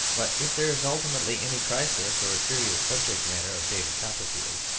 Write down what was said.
but if there is ultimately any crisis or serious subject-matter of david copperfield,